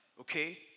okay